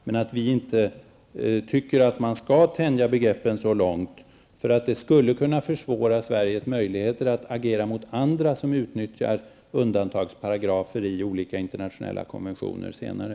Men vi tycker inte att man skall tänja begreppen så långt, för det skulle kunna försvåra Sveriges möjligheter att agera mot länder som utnyttjar undantagsparagrafer i olika internationella konventioner senare.